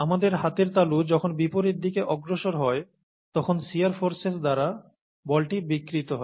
আমাদের হাতের তালু যখন বিপরীত দিকে অগ্রসর হয় তখন শিয়ার ফোর্সের দ্বারা বলটি বিকৃত হয়